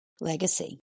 legacy